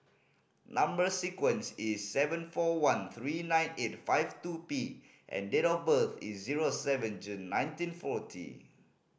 number sequence is seven four one three nine eight five two P and date of birth is zero seven June nineteen forty